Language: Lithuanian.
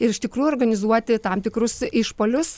ir iš tikrųjų organizuoti tam tikrus išpuolius